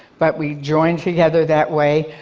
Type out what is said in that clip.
but we join together that way,